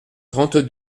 trente